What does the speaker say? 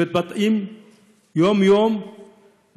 שמתבטאות יום-יום,